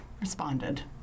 responded